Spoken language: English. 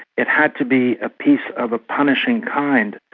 it had to be a peace of a punishing kind,